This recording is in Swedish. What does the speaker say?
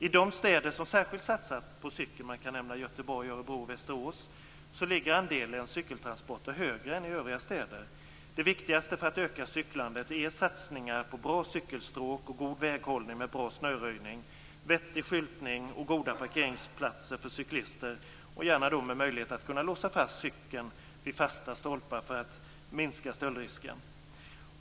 I de städer som särskilt satsat på cykeln, exempelvis Göteborg, Örebro och Västerås, ligger andelen cykeltransporter högre än i övriga städer. Det viktigaste för att öka cyklandet är satsningar på bra cykelstråk och god väghållning med bra snöröjning, vettig skyltning och goda parkeringsplatser för cyklar, gärna med möjlighet att låsa fast cykeln vid fasta stolpar för att minska stöldrisken.